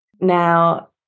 now